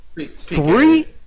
three